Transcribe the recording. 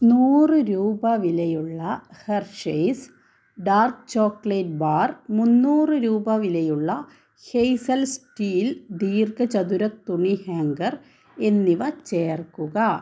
നൂറ് രൂപ വിലയുള്ള ഹെർഷെയ്സ് ഡാർക്ക് ചോക്ലേറ്റ് ബാർ മുന്നൂറ് രൂപ വിലയുള്ള ഹേസൽ സ്റ്റീൽ ദീർഘ ചതുര തുണി ഹാംഗർ എന്നിവ ചേർക്കുക